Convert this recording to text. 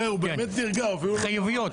חיוביות.